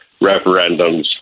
referendums